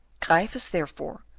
gryphus, therefore,